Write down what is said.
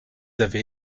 avez